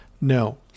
No